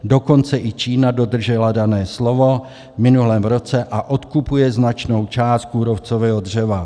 Dokonce i Čína dodržela dané slovo v minulém roce a odkupuje značnou část kůrovcového dřeva.